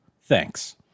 Thanks